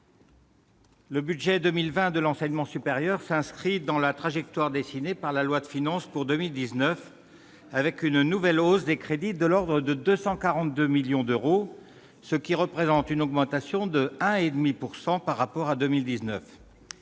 le budget de l'enseignement supérieur pour 2020 s'inscrit dans la trajectoire dessinée par la loi de finances pour 2019, avec une nouvelle hausse des crédits, de l'ordre de 242 millions d'euros, ce qui représente une augmentation de 1,5 % par rapport à 2019.